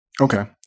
Okay